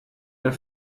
der